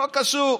לא קשור.